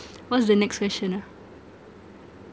what's the next question ah